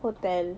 hotel